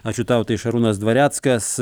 ačiū tau tai šarūnas dvareckas